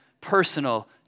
personal